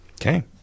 Okay